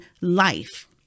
life